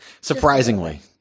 surprisingly